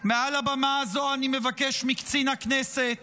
מעל הבמה הזו אני מבקש מקצין הכנסת